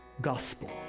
gospel